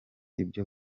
ibyo